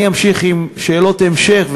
אני אמשיך עם שאלות המשך,